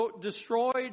destroyed